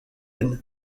end